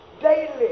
daily